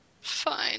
Fine